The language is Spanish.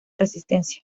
resistencia